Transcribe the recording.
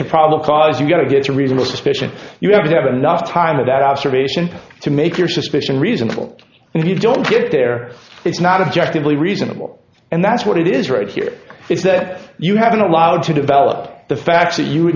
a problem cause you've got to get a reasonable suspicion you have to have enough time of that observation to make your suspicion reasonable if you don't get there it's not objective lee reasonable and that's what it is right here it's that you haven't allowed to develop the facts that you